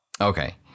Okay